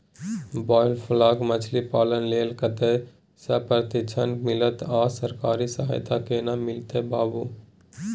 Biofloc मछलीपालन लेल कतय स प्रशिक्षण मिलत आ सरकारी सहायता केना मिलत बताबू?